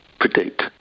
predict